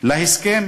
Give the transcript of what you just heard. להסכם